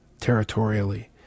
territorially